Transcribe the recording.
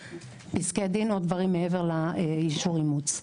פסקי דין או דברים מעבר לאישור אימוץ.